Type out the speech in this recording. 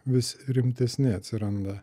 vis rimtesni atsiranda